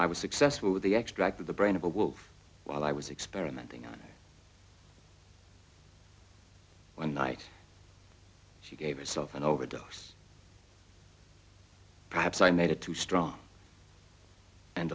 i was successful with the extract of the brain of a wolf while i was experimenting on one night she gave herself an overdose perhaps i made it too strong and